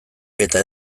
eta